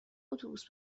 اتوبوس